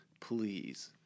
please